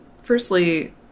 firstly